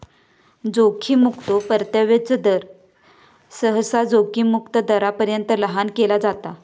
जोखीम मुक्तो परताव्याचो दर, सहसा जोखीम मुक्त दरापर्यंत लहान केला जाता